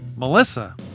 Melissa